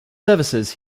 services